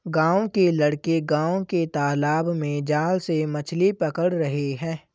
गांव के लड़के गांव के तालाब में जाल से मछली पकड़ रहे हैं